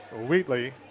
Wheatley